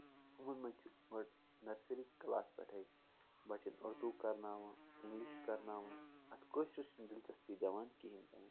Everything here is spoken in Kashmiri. تِمو منٛز چھُ گۄڈٕ نرسٔری کَلاس پٮ۪ٹھٕے بَچن اُردو کرناوان اِگلِش کرناوان اَتھ کٲشرِس چھِ نہٕ دِلچسپی دِوان کِہینۍ تہِ نہٕ